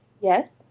Yes